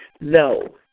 No